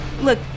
Look